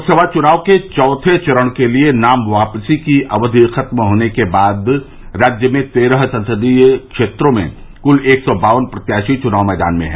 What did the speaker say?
लोकसभा चुनाव के चौथे चरण के लिए नाम वापसी की अवधि खत्म होने के बाद राज्य में तेरह संसदीय क्षेत्रों में कुल एक सौ बावन प्रत्याशी चुनाव मैदान में हैं